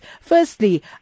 firstly